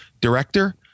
director